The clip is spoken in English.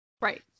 Right